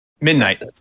Midnight